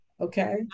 okay